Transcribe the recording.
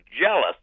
jealous